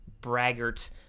braggart